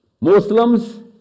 Muslims